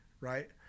right